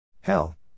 Hell